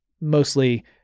Mostly